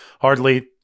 hardly